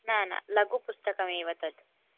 न न लघुपुस्तकमेव तत्